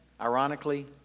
ironically